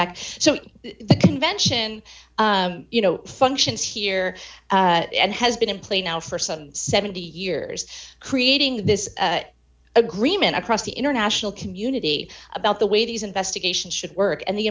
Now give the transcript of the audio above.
back so the convention you know functions here and has been in play now for some seventy years creating this agreement across the international community about the way these investigations should work and the